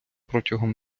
протягом